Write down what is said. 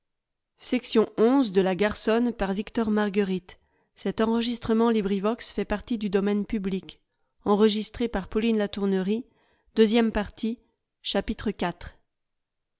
de la matière